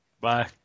Bye